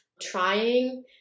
trying